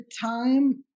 time